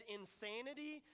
insanity